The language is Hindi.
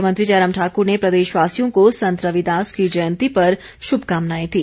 मुख्यमंत्री जयराम ठाक्र ने प्रदेशवासियों को संत रविदास की जयंती पर शुभकामनाएं दी